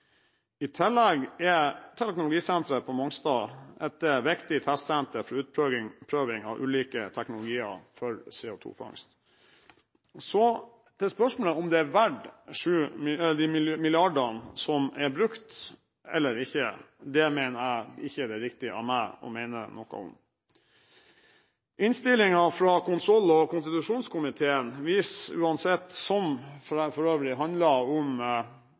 I tillegg er teknologisenteret på Mongstad et viktig testsenter for utprøving av ulike teknologier for CO2-fangst. Så til spørsmålet om det er verdt de milliardene som er brukt, eller ikke. Det mener jeg det ikke er riktig av meg å mene noe om. Innstillingen fra kontroll- og konstitusjonskomiteen – som for øvrig handler om